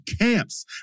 camps